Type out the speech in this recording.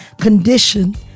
condition